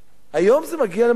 היום זה מגיע למקום עכשיו,